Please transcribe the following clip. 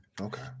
okay